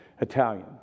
Italian